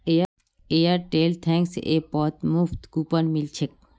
Airtel thanks ऐपत मुफ्त coupon मिल छेक